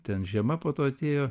ten žiema po to atėjo